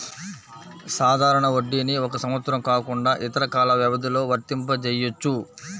సాధారణ వడ్డీని ఒక సంవత్సరం కాకుండా ఇతర కాల వ్యవధిలో వర్తింపజెయ్యొచ్చు